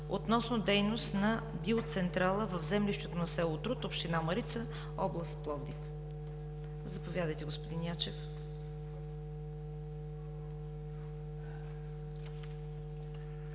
относно дейност на биоцентрала в землището на село Труд, община Марица, област Пловдив. Заповядайте, господин Ячев.